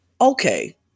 okay